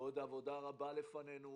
ועוד עבודה רבה לפנינו,